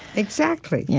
exactly. yeah